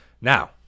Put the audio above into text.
Now